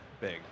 big